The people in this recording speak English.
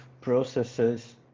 processes